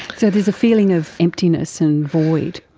so there's a feeling of emptiness and void.